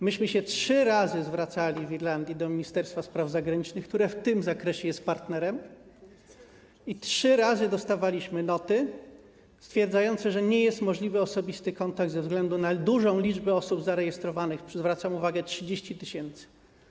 Myśmy się trzy razy zwracali w Irlandii do ministerstwa spraw zagranicznych, które w tym zakresie jest partnerem, i trzy razy dostawaliśmy noty stwierdzające, że nie jest możliwy osobisty kontakt ze względu na dużą liczbę osób zarejestrowanych, zwracam uwagę, 30 tys.